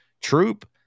troop